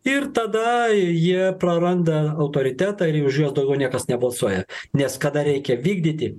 ir tada jie praranda autoritetą ir jau už juos daugiau niekas nebalsuoja nes kada reikia vykdyti